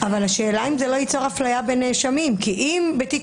השאלה אם זה לא ייצור אפליה בין נאשמים כי אם בתיק